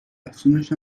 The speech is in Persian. افزونش